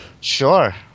sure